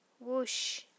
Whoosh